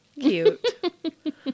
cute